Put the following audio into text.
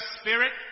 spirit